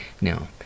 Now